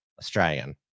Australian